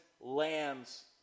lambs